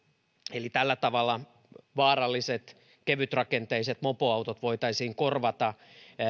eli tällä tavalla vaaralliset kevytrakenteiset mopoautot voitaisiin korvata